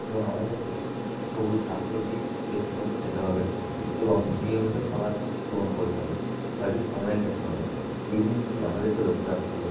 এবং আমাদেরকে সবুজ শাক সবজি বেশি বেসিকমতো খেতে হবে এবং নিয়মিত খাবার গ্রহণ করতে হবে সঠিক সময়ে খেতে হবে এই জিনিসগুলি আমাদেরকে লক্ষ রাখতে হবে